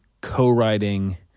co-writing